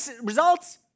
results